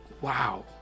Wow